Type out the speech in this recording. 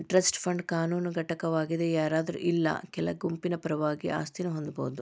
trust fund ಕಾನೂನು ಘಟಕವಾಗಿದ್ ಯಾರಾದ್ರು ಇಲ್ಲಾ ಕೆಲ ಗುಂಪಿನ ಪರವಾಗಿ ಆಸ್ತಿನ ಹೊಂದಬೋದು